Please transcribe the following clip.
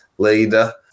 leader